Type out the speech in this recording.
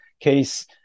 case